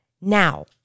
Now